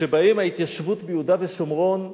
שבהם ההתיישבות ביהודה ושומרון מובילה.